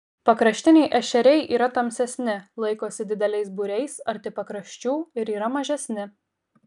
pakraštiniai ešeriai yra tamsesni laikosi dideliais būriais arti pakraščių ir yra mažesni